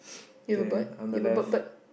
ya but but but ya but but